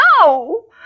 No